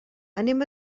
anem